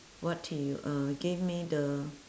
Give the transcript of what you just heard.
what he uh give me the